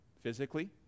Physically